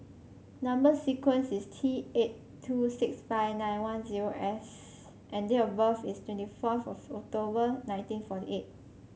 number sequence is T eight two six five nine one zero S and date of birth is twenty fourth of October nineteen forty eight